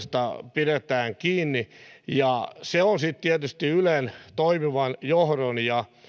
pidetään kiinni se on sitten tietysti ylen toimivan johdon ja